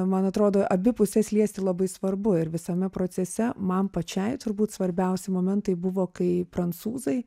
man atrodo abi pusės liesti labai svarbu ir visame procese man pačiai turbūt svarbiausi momentai buvo kai prancūzai